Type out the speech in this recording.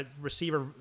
receiver